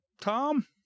Tom